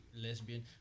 lesbian